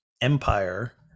empire